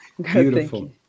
Beautiful